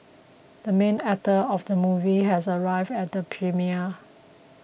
the main actor of the movie has arrived at the premiere